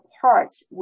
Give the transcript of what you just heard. parts